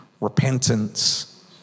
repentance